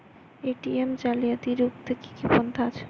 ATM জালিয়াতি রুখতে কি কি পন্থা আছে?